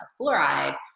fluoride